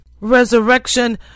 Resurrection